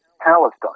Palestine